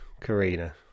Karina